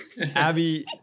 Abby